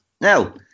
Now